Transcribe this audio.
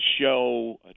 show